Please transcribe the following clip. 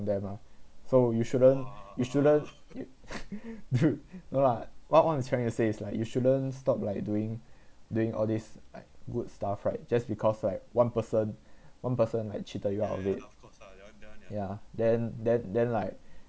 them ah so you shouldn't you shouldn't dude no lah what what I'm trying to say is like you shouldn't stop like doing doing all this like good stuff right just because like one person one person like cheated you out of it ya then then then like